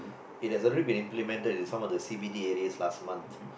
it has already been implemented in some of the C_B_D areas last month